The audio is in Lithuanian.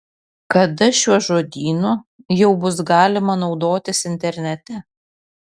kada šiuo žodynu jau bus galima naudotis internete